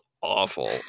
awful